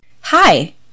Hi